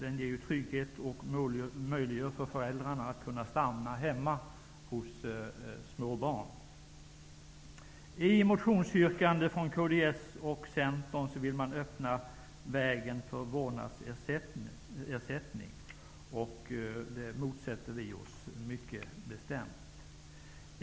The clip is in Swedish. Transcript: Den ger trygghet och möjliggör för föräldrarna att stanna hemma med små barn. I motionsyrkanden från kds och Centern vill man öppna vägen för vårdnadsersättning. Den motsätter vi oss mycket bestämt.